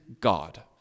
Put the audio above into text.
God